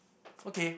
okay